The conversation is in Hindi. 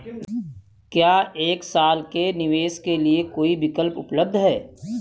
क्या एक साल के निवेश के लिए कोई विकल्प उपलब्ध है?